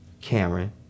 Cameron